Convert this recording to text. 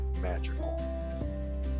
magical